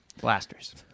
Blasters